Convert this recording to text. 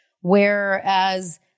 Whereas